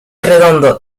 redondo